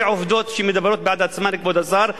אלה עובדות שמדברות בעד עצמן, כבוד השר.